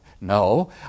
No